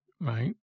right